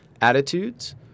attitudes